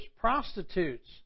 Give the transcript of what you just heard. prostitutes